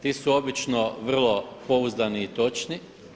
Ti su obično vrlo pouzdani i točni.